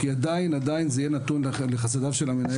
כי עדיין זה יהיה נתון לחסדיו של המנהל,